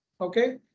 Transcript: okay